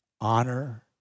honor